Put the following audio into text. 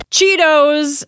Cheetos